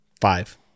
Five